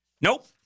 Nope